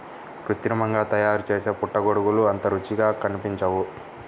కృత్రిమంగా తయారుచేసే పుట్టగొడుగులు అంత రుచిగా అనిపించవు